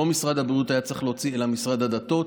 לא משרד הבריאות היה צריך להוציא אלא משרד הדתות.